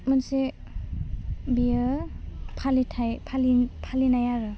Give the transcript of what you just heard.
मोनसे बियो फालिथाइ फालि फालिनाय आरो